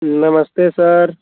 नमस्ते सर